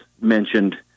mentioned